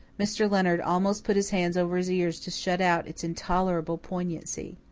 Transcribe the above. mr. leonard almost put his hands over his ears to shut out its intolerable poignancy.